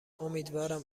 امیدوارم